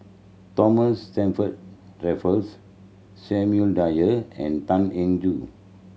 Thomas Stamford Raffles Samuel Dyer and Tan Eng Joo